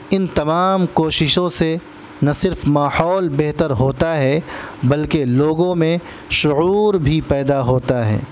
ان تمام کوششوں سے نہ صرف ماحول بہتر ہوتا ہے بلکہ لوگوں میں شعور بھی پیدا ہوتا ہے